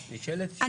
ברור, נשאלת שאלה.